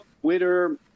twitter